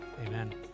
amen